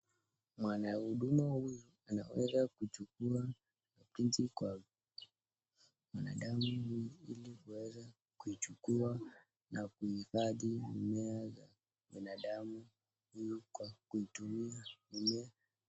Mwanahuduma huyu anaweza kuchukua mapenzi kwa mwanadamu ili kuweza kuichukua na kuhifadhi mimea za mwanadamu huyu kwa kuitumia mimea.